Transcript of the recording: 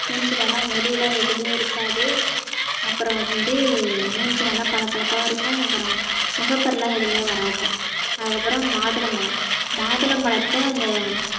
மூஞ்சியிலலாம் முடிலாம் எதுவுமே இருக்காது அப்புறம் வந்து மூஞ்சி நல்லா பளபளப்பாகவும் இருக்கும் அப்புறம் முகப்பருலாம் எதுவுமே வராது அதுக்கப்புறம் மாதுளம்பழம் மாதுளம்பழத்தை அந்த